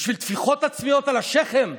בשביל טפיחות עצמיות על השכם?